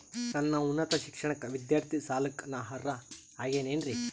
ನನ್ನ ಉನ್ನತ ಶಿಕ್ಷಣಕ್ಕ ವಿದ್ಯಾರ್ಥಿ ಸಾಲಕ್ಕ ನಾ ಅರ್ಹ ಆಗೇನೇನರಿ?